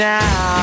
now